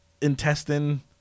intestine